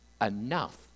enough